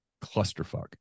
clusterfuck